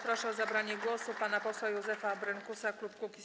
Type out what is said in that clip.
Proszę o zabranie głosu pana posła Józefa Brynkusa, klub Kukiz'15.